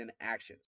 actions